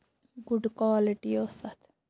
گُڑ کولٹی ٲس تَتھ